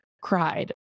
cried